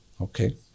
Okay